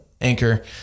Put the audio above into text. Anchor